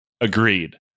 agreed